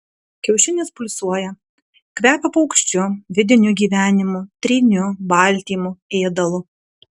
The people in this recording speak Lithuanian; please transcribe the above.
kiaušinis pulsuoja kvepia paukščiu vidiniu gyvenimu tryniu baltymu ėdalu